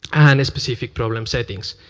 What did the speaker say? and the specific problem settings.